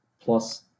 plus